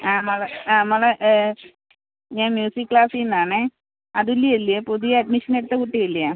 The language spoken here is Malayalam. ആ മോളെ ആ മോളെ ഞാൻ മ്യൂസിക് ക്ലാസീന്നാണേ അതുല്യ ഇല്ലേ പുതിയ അഡ്മിഷൻ എടുത്ത കുട്ടി ഇല്ലേ